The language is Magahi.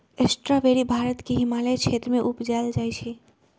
स्ट्रावेरी भारत के हिमालय क्षेत्र में उपजायल जाइ छइ